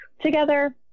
together